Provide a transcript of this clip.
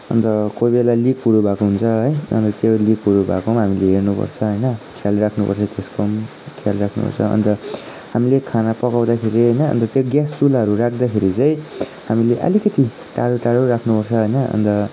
अन्त कोही बेला लिकहरू भएको हुन्छ है अन्त त्यो लिकहरू भएकोमा हामीले हेर्नुपर्छ होइन ख्याल राख्नुपर्छ त्यसको पनि ख्याल राख्नुपर्छ अन्त हामीले खाना पकाउँदाखेरि होइन अन्त त्यो ग्यास चुल्हाहरू राख्दाखेरि चाहिँ हामीले अलिकति टाढो टाढो राख्नुपर्छ होइन अन्त